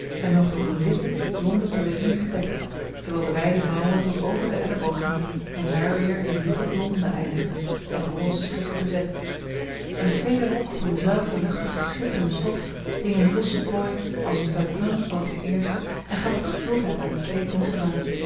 en nog door eene witte blonde pelerine gedekt terwijl de wijde mouwen tot over den elleboog hingen en daar weer in witte blonde eindigden met rosestrikken bezet een tweede rok van dezelfde luchtige schitterende stof hing in losse plooien als een peplum over den eersten en gaf wat gevuldheid aan het slepende gewaad